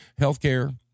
healthcare